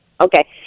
Okay